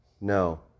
No